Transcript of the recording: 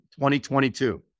2022